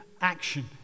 action